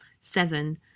seven